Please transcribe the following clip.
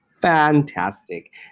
Fantastic